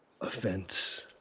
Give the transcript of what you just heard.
offense